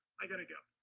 i gotta go,